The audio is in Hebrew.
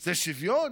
זה שוויון?